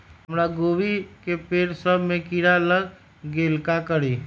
हमरा गोभी के पेड़ सब में किरा लग गेल का करी?